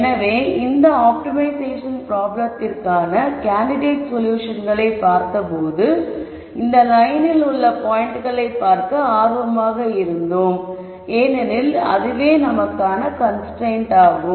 எனவே இந்த ஆப்டிமைசேஷன் ப்ராப்ளத்திற்கான கேண்டிடேட் சொல்யூஷன்களைப் பார்த்தபோது இந்த லயனில் உள்ள பாயிண்ட்களைப் பார்க்க ஆர்வமாக இருந்தோம் ஏனெனில் அதுவே நமக்கான கன்ஸ்ரைன்ட் ஆகும்